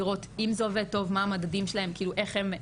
לראות אם זה עובד טוב, מה המדדים שלהם, איך הם.